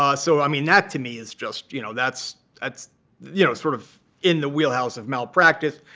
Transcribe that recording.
ah so i mean, that, to me, is just you know, that's that's you know sort of in the wheelhouse of malpractice.